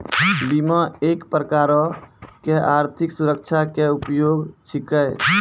बीमा एक प्रकारो के आर्थिक सुरक्षा के उपाय छिकै